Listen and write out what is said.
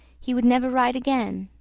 he would never ride again.